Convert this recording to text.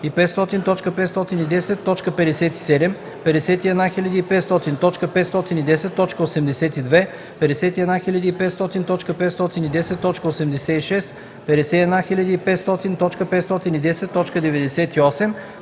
51500.510.57; 51500.510.82; 51500.510.86; 51500.510.98;